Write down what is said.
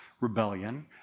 rebellion